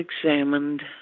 examined